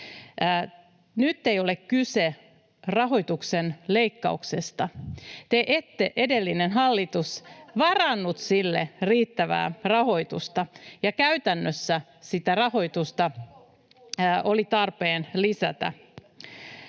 sosiaalidemokraattien ryhmästä] Te ette, edellinen hallitus, varanneet sille riittävää rahoitusta, ja käytännössä sitä rahoitusta oli tarpeen lisätä.